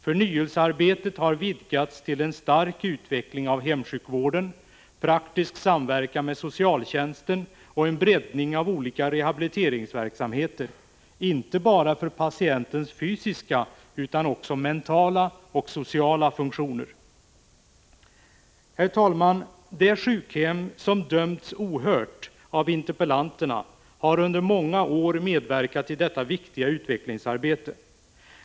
Förnyelsearbetet har vidgats till en stark utveckling av hemsjukvården, praktisk samverkan med socialtjänsten och en breddning av olika rehabiliteringsverksamheter, inte bara för patientens fysiska utan också för mentala och sociala funktioner. Herr talman! Det sjukhem som dömts ohört av interpellanterna har under många år medverkat i detta viktiga utvecklingsarbete.